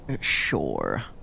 Sure